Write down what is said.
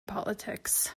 politics